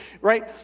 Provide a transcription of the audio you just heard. Right